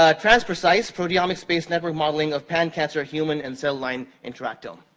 um transprecise proteomics-based network modeling of pan-cancer human and cell line interactome.